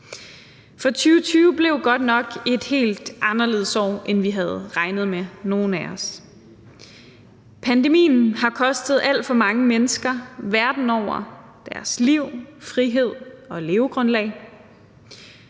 For 2020 blev godt nok et helt anderledes år, end nogen af os havde regnet med. Pandemien har kostet alt for mange mennesker verden over deres liv, frihed og levegrundlag.